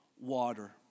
water